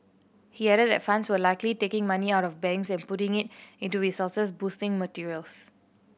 he added that funds were likely taking money out of banks and putting it into resources boosting materials